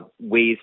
ways